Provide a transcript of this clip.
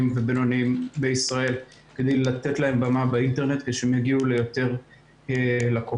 ובינוניים בישראל כדי לתת להם במה באינטרנט כדי שיגיעו ליותר לקוחות.